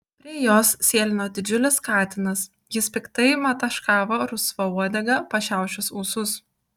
prie jos sėlino didžiulis katinas jis piktai mataškavo rusva uodega pašiaušęs ūsus